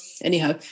anyhow